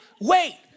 wait